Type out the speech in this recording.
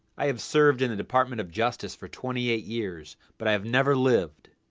i have served in the department of justice for twenty-eight years, but i have never lived,